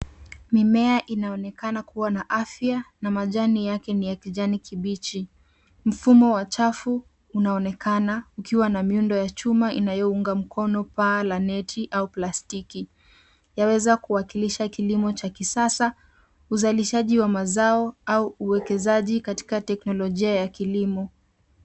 Mimea inaonekana kuwa na afya na majani yake ni ya kijani kibichi. Mfumo wa chafu unaonekana ukiwa na miundo ya chuma inayounga mkono paa la neti au plastiki. Yaweza kuwakilisha kilimo cha kisasa, uzalishaji wa mazao au uwekezaji katika teknolojia ya kilimo.